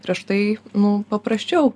prieš tai nu paprasčiau